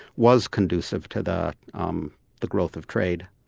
was conducive to the um the growth of trade.